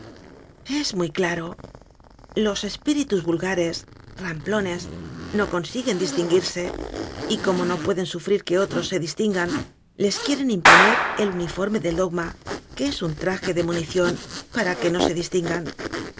es muy claro los espíritus vulgares ramplones no consiguen distinguirse y como no pueden sufrir que otros se distingan les quieren imponer el uniforme del dogma que es un traje de munición para que no se